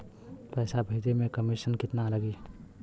पैसा भेजे में कमिशन केतना लागि?